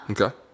Okay